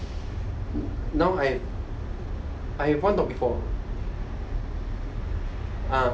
now I've I've one dog before ah